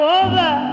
over